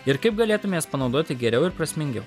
ir kaip galėtume jas panaudoti geriau ir prasmingiau